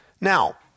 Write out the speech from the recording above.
Now